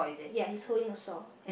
ya he's holding a saw